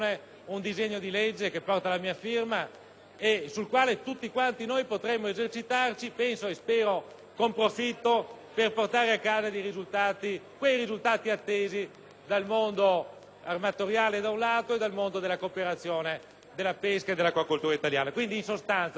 e sul quale tutti quanti noi potremo esercitarci, penso e spero con profitto, per portare a casa quei risultati attesi dal mondo armatoriale da un lato e dal mondo della cooperazione, della pesca e dell'acquacoltura italiana. Quindi, in sostanza, colleghi, io credo che,